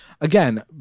again